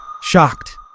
shocked